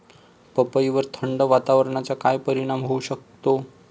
पपईवर थंड वातावरणाचा काय परिणाम होऊ शकतो?